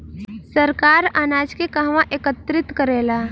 सरकार अनाज के कहवा एकत्रित करेला?